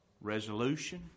resolution